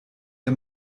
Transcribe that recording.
der